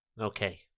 Okay